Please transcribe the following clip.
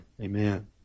Amen